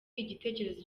igitekerezo